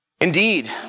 Indeed